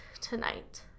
tonight